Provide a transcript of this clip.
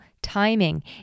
timing